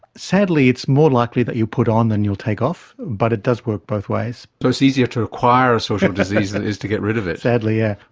sadly it's more likely that you'll put on than you'll take off, but it does work both ways. so it's easier to acquire a social disease than it is to get rid of it. sadly yeah